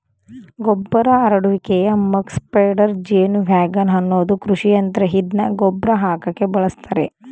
ಗೊಬ್ಬರ ಹರಡುವಿಕೆಯ muck spreader ಜೇನುವ್ಯಾಗನ್ ಅನ್ನೋದು ಕೃಷಿಯಂತ್ರ ಇದ್ನ ಗೊಬ್ರ ಹಾಕಕೆ ಬಳುಸ್ತರೆ